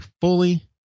fully